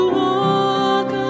walk